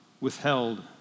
withheld